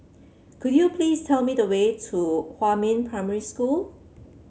could you please tell me the way to Huamin Primary School